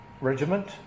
regiment